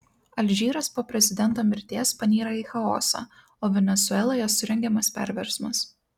alžyras po prezidento mirties panyra į chaosą o venesueloje surengiamas perversmas